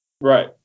Right